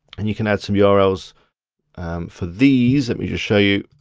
and you can add some yeah urls for these. let me just show you.